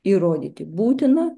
įrodyti būtina